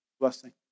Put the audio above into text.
blessing